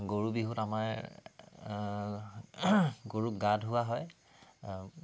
গৰু বিহুত আমাৰ গৰুক গা ধুওৱা হয়